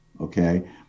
okay